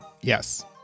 Yes